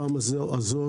הפעם הזאת,